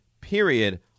period